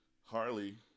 Harley